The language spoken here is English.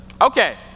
Okay